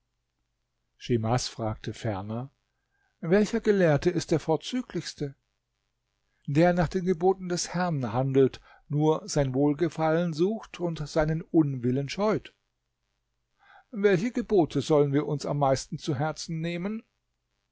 schimas fragte ferner welcher gelehrte ist der vorzüglichste der nach den geboten des herrn handelt nur sein wohlgefallen sucht und seinen unwillen scheut welche gebote sollen wir uns am meisten zu herzen nehmen